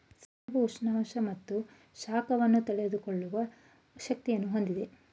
ಸೆಣಬು ಉಷ್ಣ ಮತ್ತು ಶಾಖವನ್ನು ತಡೆದುಕೊಳ್ಳುವ ಶಕ್ತಿಯನ್ನು ಹೊಂದಿದೆ